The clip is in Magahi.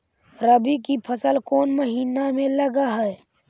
रबी की फसल कोन महिना में लग है?